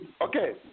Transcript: Okay